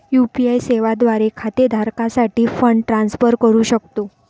UPI सेवा द्वारे खाते धारकासाठी फंड ट्रान्सफर करू शकतो